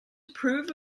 approve